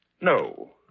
No